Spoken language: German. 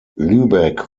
lübeck